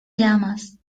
llamas